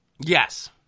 Yes